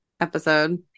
episode